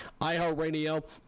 iHeartRadio